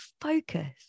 focus